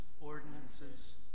ordinances